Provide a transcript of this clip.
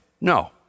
No